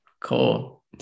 Cool